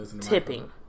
tipping